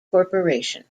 corporation